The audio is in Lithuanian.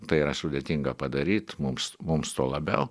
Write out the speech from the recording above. tai yra sudėtinga padaryt mums mums tuo labiau